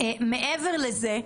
מעבר לזה,